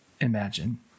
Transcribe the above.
imagine